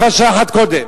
ויפה שעה אחת קודם.